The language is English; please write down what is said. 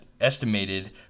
estimated